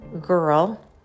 girl